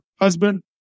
husband